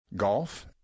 Golf